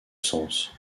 sens